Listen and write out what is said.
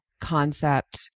concept